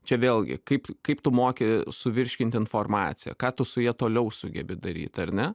čia vėlgi kaip kaip tu moki suvirškint informaciją ką tu su ja toliau sugebi daryt ar ne